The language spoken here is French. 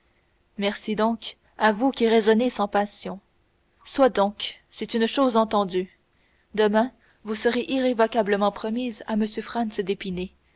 merci donc à vous qui raisonnez sans passion soit donc c'est une chose entendue demain vous serez irrévocablement promise à m franz